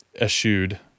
eschewed